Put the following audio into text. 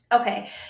Okay